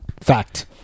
Fact